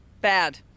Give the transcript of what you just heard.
Bad